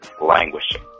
languishing